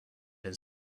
only